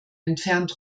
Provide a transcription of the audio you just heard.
entfernt